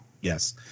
yes